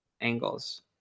angles